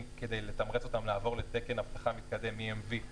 כדי לתמרץ אותם לעבור לתקן אבטחה מתקדם EMV,